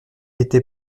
était